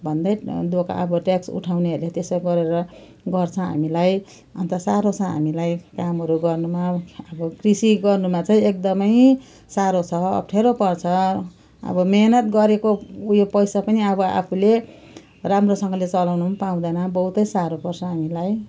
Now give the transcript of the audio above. भन्दै दोकान अब ट्याक्स उठाउनेहरूले त्यसै गरेर गर्छ हामीलाई अन्त साह्रो छ हामीलाई कामहरू गर्नुमा अब कृषि गर्नुमा चाहिँ एकदमै साह्रो छ अप्ठ्यारो पर्छ अब मिहिनेत गरेको उयो पैसा पनि अब आफूले राम्रोसँग चलाउनु पनि पाउँदैन बहुतै साह्रो पर्छ हामीलाई